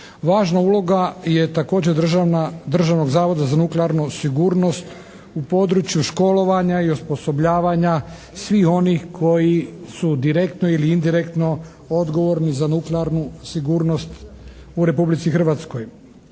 Važna uloga je također Državnog zavoda za nuklearnu sigurnost u području školovanja i osposobljavanja svih onih koji su direktno ili indirektno odgovorni za nuklearnu sigurnost u Republici Hrvatskoj.